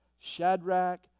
Shadrach